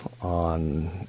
on